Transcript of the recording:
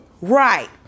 Right